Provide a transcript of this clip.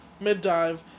mid-dive